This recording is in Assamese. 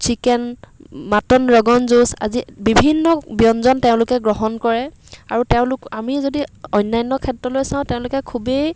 চিকেন মাটন ৰগন জৌচ আদি বিভিন্ন ব্যঞ্জন তেওঁলোকে গ্ৰহণ কৰে আৰু তেওঁলোক আমি যদি অন্যান্য ক্ষেত্ৰলৈ চাওঁ তেওঁলোকে খুবেই